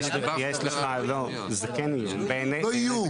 זה לא איום.